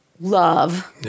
love